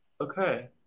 Okay